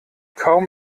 kaum